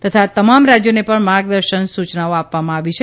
તથા તમામ રાજ્યોને પણ માર્ગદર્શન સૂચનાઓ આપવામાં આવી છે